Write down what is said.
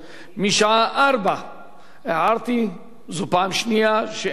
משעה 16:00 הערתי, זו פעם שנייה שאין שר.